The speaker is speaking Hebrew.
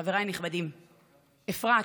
חבריי הנכבדים, אפרת,